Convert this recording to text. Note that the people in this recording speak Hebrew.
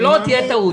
שלא תהיה טעות.